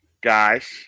guys